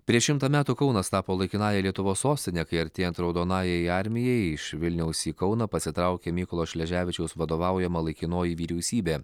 prieš šimtą metų kaunas tapo laikinąja lietuvos sostine kai artėjant raudonajai armijai iš vilniaus į kauną pasitraukė mykolo šleževičiaus vadovaujama laikinoji vyriausybė